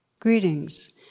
Greetings